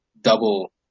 double